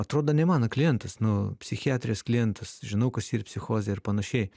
atrodo ne mano klientas nu psichiatrijos klientas žinau kas yr psichozė ir panašiai